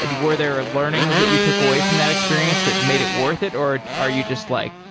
and were there learnings that you took away from that experience that made it worth it or are you just like,